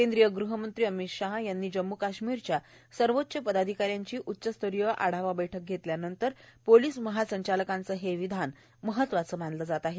केंद्रीय गृहमंत्री अमित शाह यांनी जम्मू काश्मीरच्या सर्वोच्च पदाधिकाऱ्यांची उच्च स्तरीय आढवा बैठक घेतल्यानंतर पोलीस महासंचालकांचं हे विधान महत्वाचं मानलं जात आहे